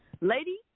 Lady